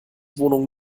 wohnung